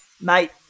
Mate